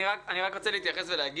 אני רוצה להתייחס לומר